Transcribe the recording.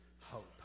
hope